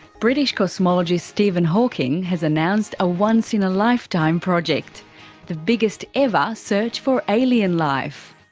british cosmologist stephen hawking has announced a once in a lifetime project the biggest ever search for alien life.